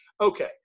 okay